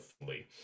fully